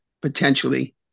potentially